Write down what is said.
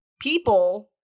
people